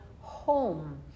home